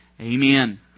Amen